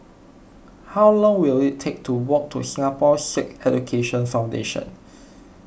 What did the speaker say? how long will it take to walk to Singapore Sikh Education Foundation